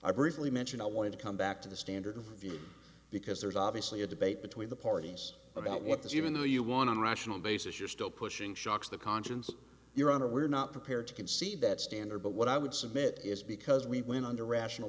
i briefly mentioned i wanted to come back to the standard view because there's obviously a debate between the parties about what this even though you want a rational basis you're still pushing shocks the conscience of your honor we're not prepared to concede that standard but what i would submit is because we went on the rational